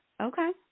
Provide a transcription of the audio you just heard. Okay